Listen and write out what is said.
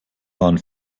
waren